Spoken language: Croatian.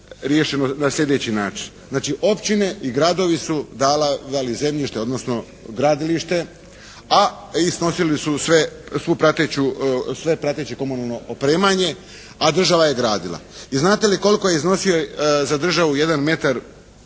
riješeno na slijedeći način. Znači, općine i gradovi su davali zemljište odnosno gradilište a i snosili su sve prateće komunalno opremanje a država je gradila. I znate li koliko je iznosio za državu jedan